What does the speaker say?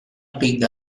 picked